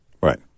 Right